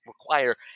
require